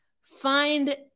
find